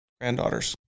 granddaughters